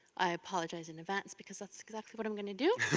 i apologize in advance because that's exactly what i'm gonna do.